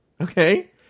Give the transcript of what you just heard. okay